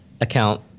account